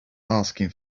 asking